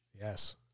Yes